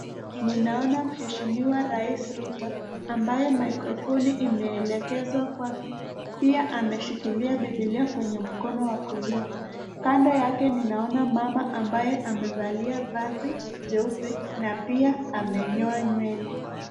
Mheshimiwa raisi Ruto ambaye microfoni imeelekezwa kwake, pia ameshikilia bibilia kwenye mkono wa kulia, kando yake mama ambaye amevaa vazi jeupe na pia amenyoa nywele.